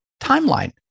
timeline